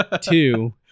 Two